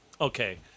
Okay